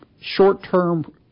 short-term